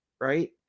right